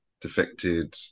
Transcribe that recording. Defected